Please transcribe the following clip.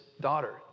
daughter